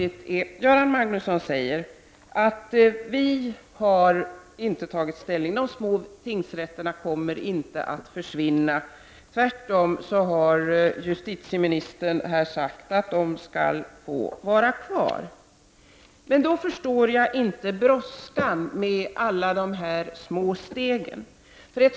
Göran Magnusson säger att vi inte har tagit ställning: de små tingsrätterna kommer inte att försvinna. Tvärtom har justitieministern här sagt att de skall få vara kvar. Men då förstår jag inte brådskan med alla de här små stegen.